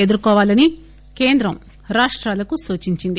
ఎదుర్కోవాలని కేంద్రం రాష్టాలకు సూచించింది